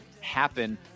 happen